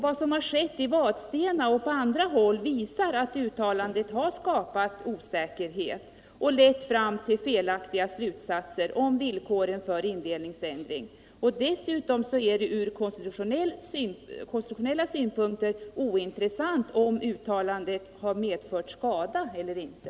Vad som skett i Vadstena och på andra håll visar att uttalandet har skapat osäkerhet och lett fram till felaktiga slutsatser om villkoren för indelningsändring. Dessutom är det från konstitutionella synpunkter ointressant, om uttalandet medfört skada eller inte.